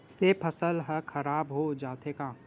से फसल ह खराब हो जाथे का?